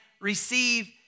receive